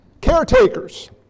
caretakers